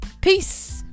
peace